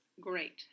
Great